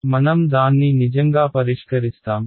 మనం దాన్ని నిజంగా పరిష్కరిస్తాం